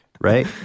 right